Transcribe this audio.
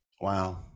Wow